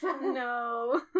No